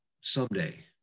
someday